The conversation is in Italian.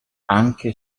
anche